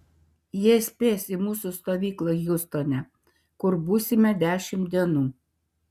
jie spės į mūsų stovyklą hjustone kur būsime dešimt dienų